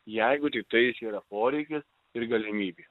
jeigu tiktai čia yra poreikis ir galimybė